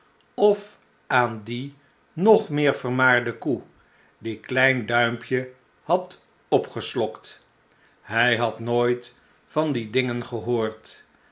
of aan die nog meer vermaarde koe die klein duimpje had opgeslokt hij had nooit van die dingen gehoord